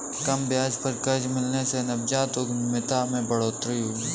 कम ब्याज पर कर्ज मिलने से नवजात उधमिता में बढ़ोतरी हुई है